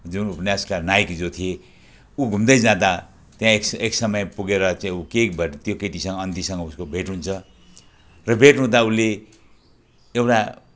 जुन उपन्यासका नायक जो थिए ऊ घुम्दै जाँदा त्यहाँ एक एक समय पुगेर चाहिँ ऊ केही भएर त्यो अन्धी केटीसँग उसको भेट हुन्छ र भेट हुँदा उसले एउटा